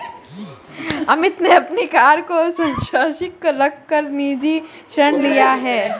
अमित ने अपनी कार को संपार्श्विक रख कर निजी ऋण लिया है